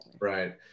Right